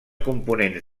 components